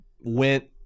went